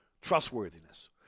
trustworthiness